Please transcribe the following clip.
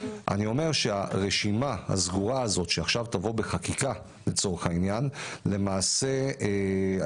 אני אומר שהרשימה הסגורה הזאת שתבוא עכשיו בחקיקה אני אזהר